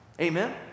Amen